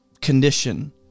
condition